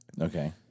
Okay